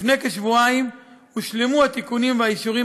לפני כשבועיים הושלמו התיקונים והאישורים